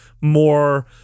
more